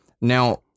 Now